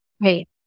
Right